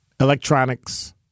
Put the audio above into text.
electronics